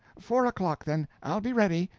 four o'clock, then i'll be ready.